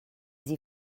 sie